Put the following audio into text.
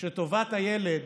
שטובת הילד,